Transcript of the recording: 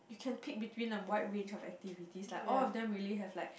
you can pick between a wide range of activities like all of them really have like